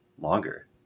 longer